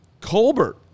Colbert